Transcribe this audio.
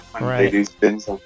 Right